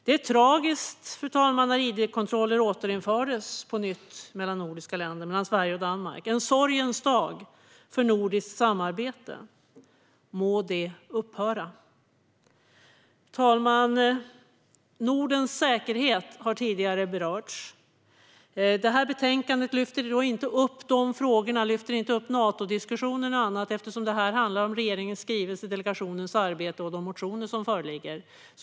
Det var tragiskt, fru talman, när id-kontroller återinfördes mellan nordiska länder, mellan Sverige och Danmark. Det var en sorgens dag för nordiskt samarbete. Må detta upphöra! Fru talman! Nordens säkerhet har tidigare berörts. Det här betänkandet lyfter inte fram de frågorna. Det lyfter inte fram Natodiskussionen och annat, eftersom det handlar om regeringens skrivelse, delegationens arbete och de motioner som föreligger.